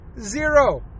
Zero